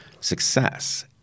success